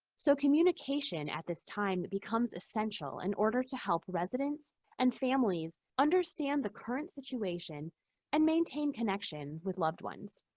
so communication at this time becomes essential in and order to help residents and families understand the current situation and maintain connection with loved ones.